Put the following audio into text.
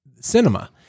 cinema